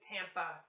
Tampa